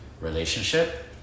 relationship